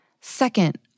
Second